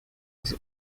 was